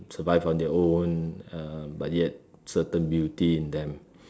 survive on their own uh but yet certain beauty in them